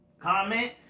Comment